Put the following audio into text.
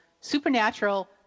supernatural